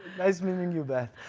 nice meeting you, beth.